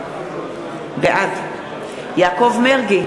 בעד יעקב מרגי,